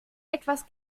etwas